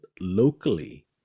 locally